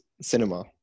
cinema